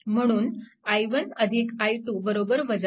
म्हणून i1 i2 5